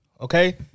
Okay